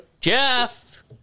Jeff